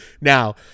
Now